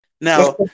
Now